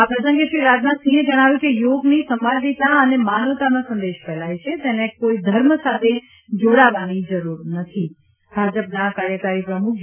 આ પ્રસંગે શ્રી રાજનાથસિંહે જણાવ્યું કે યોગની સંવાદિતા અને માનવતાનો સંદેશો ફેલાય છે તેને કોઇ ધર્મ સાથે જાડાવાની જરૂર નથી ભાજપના કાર્યકારી પ્રમુખ જે